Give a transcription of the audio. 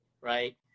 right